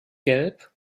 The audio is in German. gelb